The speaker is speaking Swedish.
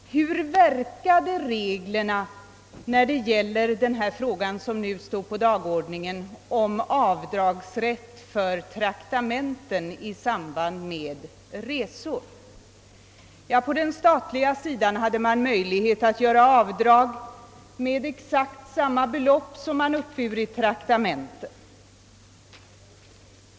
Hur verkade då reglerna beträffande den fråga, som nu står på dagordningen, nämligen avdragsrätt för traktamenten i samband med resor? På den statliga sidan hade man möjlighet att göra avdrag med exakt samma belopp som man uppburit i traktamente.